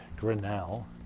Grinnell